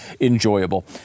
enjoyable